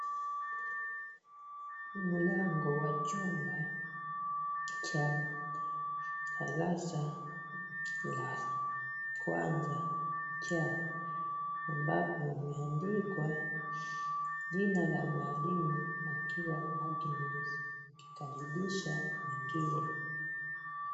Mlango wa chumba cha darasa la kwanza cha ambapo umeandikwa jina la mwalimu akiwa Agnes akikaribisha wengine.